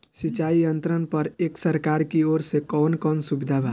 सिंचाई यंत्रन पर एक सरकार की ओर से कवन कवन सुविधा बा?